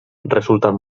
resultan